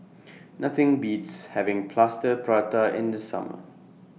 Nothing Beats having Plaster Prata in The Summer